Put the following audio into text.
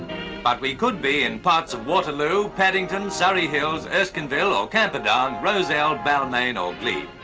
but we could be in parts of waterloo, paddington, surry hills, erskineville, or camperdown, um rozelle, balmain or glebe.